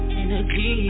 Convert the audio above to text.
energy